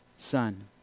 son